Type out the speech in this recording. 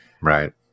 right